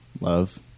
love